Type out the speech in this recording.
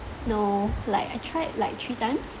no like I tried like three times